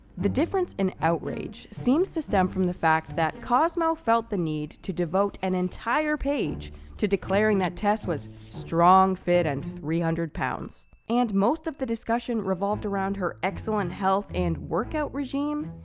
the difference in outrage seems to stem from the fact that cosmo felt the need to devote an entire page to declaring that tess was strong, fit and three hundred pounds. and most of the discussion revolved around her excellent health and workout regime,